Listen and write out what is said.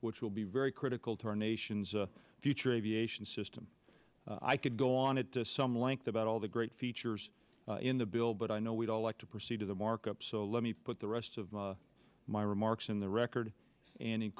which will be very critical to our nation's future aviation system i could go on it to some length about all the great features in the bill but i know we'd all like to proceed to the markup so let me put the rest of my remarks in the record and